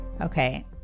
Okay